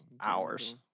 Hours